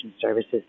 services